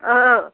औ